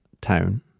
town